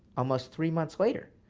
almost three months later.